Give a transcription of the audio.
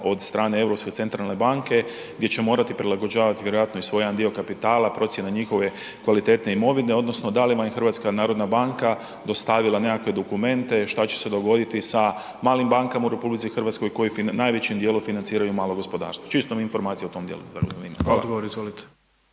od strane Europske centralne banke gdje će morati prilagođavati vjerojatno i svoj jedan dio kapitala, procjena njihove kvalitete imovine, odnosno da li vam je HNB dostavila nekakve dokumente šta će se dogoditi sa malim bankama u RH koju najvećim dijelom financiraju mala gospodarstva. Čisto me informacija o tome dijelu